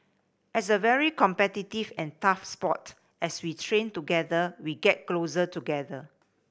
as a very competitive and tough sport as we train together we get closer together